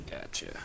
Gotcha